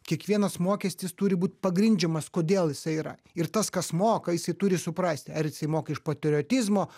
kiekvienas mokestis turi būt pagrindžiamas kodėl jisai yra ir tas kas moka jisai turi suprasti ar jisai moka iš patriotizmo